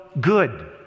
good